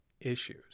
issues